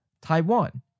Taiwan